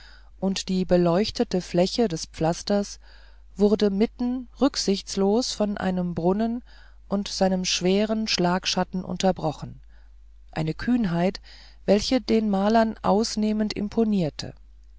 und die beleuchtete fläche des pflasters wurde mitten rücksichtslos von einem brunnen und seinem schweren schlagschatten unterbrochen eine kühnheit welche den malern ausnehmend imponierte